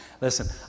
Listen